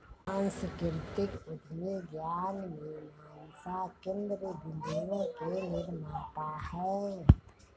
सांस्कृतिक उद्यमी ज्ञान मीमांसा केन्द्र बिन्दुओं के निर्माता हैं